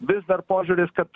vis dar požiūris kad